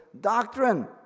doctrine